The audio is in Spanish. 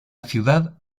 ciudad